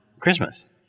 christmas